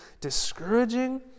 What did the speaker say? discouraging